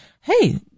hey